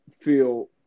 feel